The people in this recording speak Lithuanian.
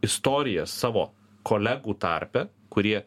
istorijas savo kolegų tarpe kurie